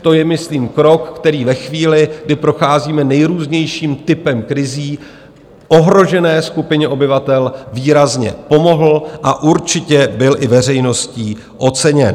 To je myslím krok, který ve chvíli, kdy procházíme nejrůznějším typem krizí, ohrožené skupině obyvatel výrazně pomohl a určitě byl i veřejností oceněn.